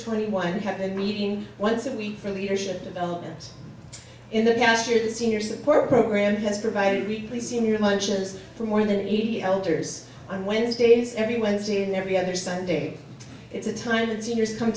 twenty one have been meeting once a week for leadership development in the past year the senior support program has provided weekly senior lunches for more than eighty elders on wednesdays every wednesday and every other sunday it's a time when seniors come